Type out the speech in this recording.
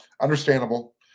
Understandable